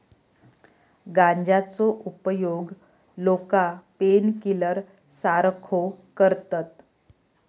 गांजाचो उपयोग लोका पेनकिलर सारखो करतत